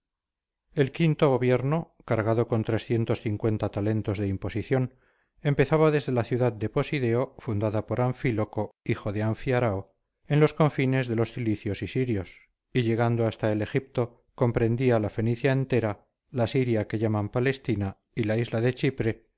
el quinto gobierno cargado con talentos de imposición empezaba desde la ciudad de posideo fundada por anfíloco hijo de anfiarao en los confines de los cilicios y sirios y llegando hasta el egipto comprendía la fenicia entera la siria que llaman palestina y la isla de chipre